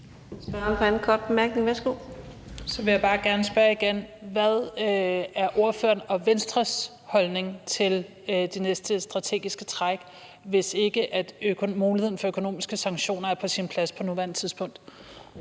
Hvad er ordføreren og Venstres holdning til det næste strategiske træk, hvis det ikke er på sin plads at se på muligheden for økonomiske sanktioner på nuværende tidspunkt?